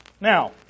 Now